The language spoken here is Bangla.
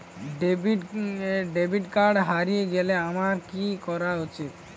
ডেবিট কার্ড হারিয়ে গেলে আমার কি করা উচিৎ?